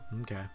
Okay